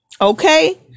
Okay